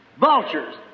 Vultures